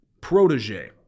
protege